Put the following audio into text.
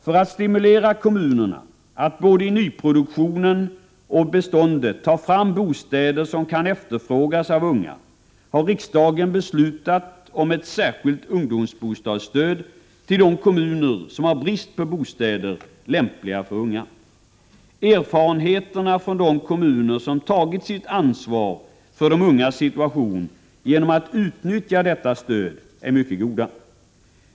För att stimulera kommunerna att både i nyproduktionen och beståndet ta fram bostäder som kan efterfrågas av unga har riksdagen beslutat om ett särskilt ungdomsbostadsstöd till de kommuner som har brist på bostäder lämpliga för unga. Erfarenheterna från de kommuner som tagit sitt ansvar för de ungas situation genom att utnyttja detta stöd är mycket goda.